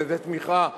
על-ידי תמיכה בשיעים,